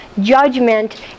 judgment